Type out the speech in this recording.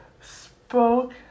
spoke